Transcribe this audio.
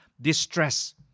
distress